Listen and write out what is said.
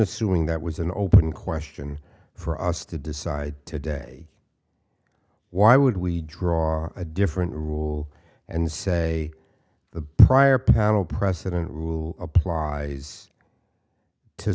assuming that was an open question for us to decide today why would we draw a different rule and say the prior panel precedent rule applies to